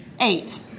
eight